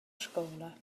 scola